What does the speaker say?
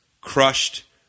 crushed